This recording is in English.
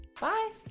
bye